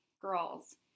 girls